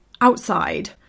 outside